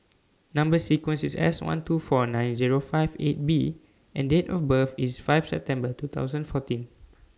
Number sequence IS S one two four nine Zero five eight B and Date of birth IS five September two thousand fourteen